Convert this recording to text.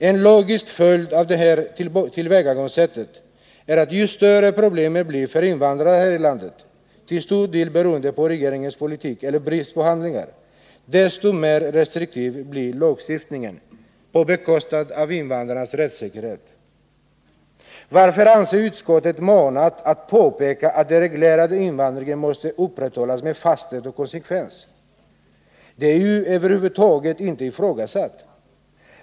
En logisk följd av det här tillvägagångssättet är att ju större problemen blir för invandrarna här i landet — till stor del beroende på regeringens politik eller brist på handlingar — desto mer restriktiv blir lagstiftningen på bekostnad av invandrarnas rättssäkerhet. måste upprätthållas med fasthet och konsekvens? Den är ju över huvud taget inte ifrågasatt.